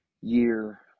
year